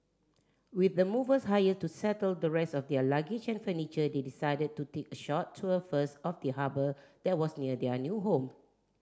with the movers hired to settle the rest of their luggage and furniture they decided to take a short tour first of the harbour that was near their new home